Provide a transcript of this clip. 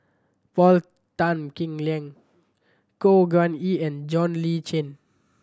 Paul Tan Kim Liang Khor Ean Ghee and John Le Cain